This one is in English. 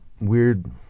weird